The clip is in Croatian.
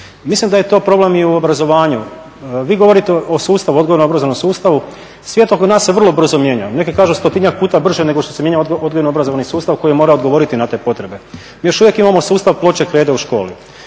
Mislim da je to problem i u obrazovanju. Vi govorite o sustavu, odgojno obrazovanom sustavu, svijet oko nas se vrlo brzo mijenja, neki kažu stotinjak puta brže nego što se mijenja odgojno obrazovni sustav koji mora odgovoriti na te potrebe. Mi još uvijek imamo sustav ploče i krede u školi.